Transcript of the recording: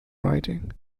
riding